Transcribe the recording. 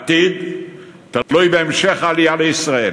העתיד תלוי בהמשך העלייה לישראל